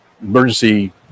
emergency